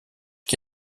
qui